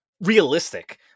realistic